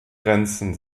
grenzen